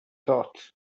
thought